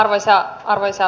arvoisa puhemies